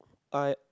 I